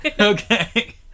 Okay